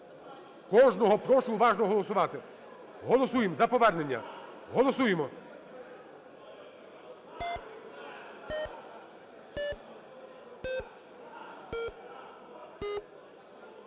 Кожного прошу уважно голосувати. Голосуємо за повернення. Голосуємо.